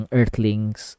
Earthlings